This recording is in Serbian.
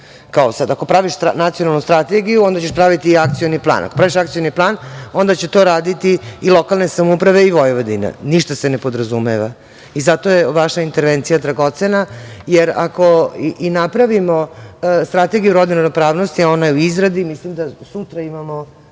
Kao sad, ako praviš nacionalnu strategiju, onda ćeš praviti i akcioni plan. Ako praviš akcioni plan, onda će to raditi i lokalne samouprave i Vojvodina. Ništa se ne podrazumeva. Zato je vaša intervencija dragocena, jer ako i napravimo strategiju rodne ravnopravnosti, ona je u izradi, mislim da sutra imamo